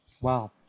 Wow